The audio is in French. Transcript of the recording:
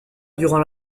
durant